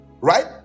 right